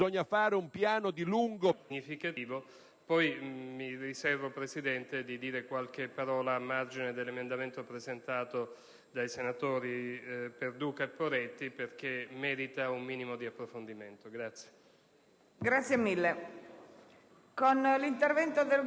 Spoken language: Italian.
il lavoro parlamentare e il modo di scrivere le norme che hanno a che fare con la sicurezza dei cittadini e, al tempo stesso, con le garanzie per i cittadini. Sono entrambe annotazioni positive relative a questo provvedimento. La prima ha a che fare con la circostanza che su questo provvedimento, che peraltro viene da lontano